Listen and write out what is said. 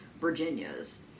Virginia's